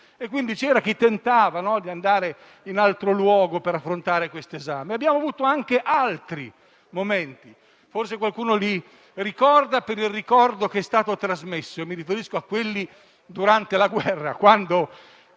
Pertanto c'era chi tentava di andare altrove per affrontare questo esame. Abbiamo avuto anche altri momenti, che forse qualcuno rammenta per il ricordo che è stato trasmesso: mi riferisco a quelli durante la guerra, quando